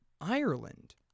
Ireland